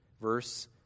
verse